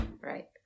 right